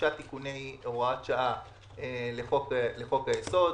חמישה תיקוני הוראת שעה לחוק היסוד,